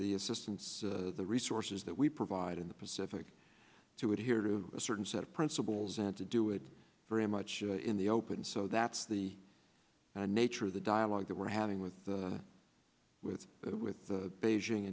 the assistance the resources that we provide in the pacific to adhere to a certain set of principles and to do it very much in the open so that's the nature of the dialogue that we're having with the with that with the beijing